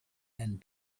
and